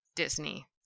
Disney